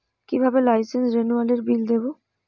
কিভাবে লাইসেন্স রেনুয়ালের বিল দেবো?